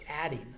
adding